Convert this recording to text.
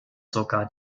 sogar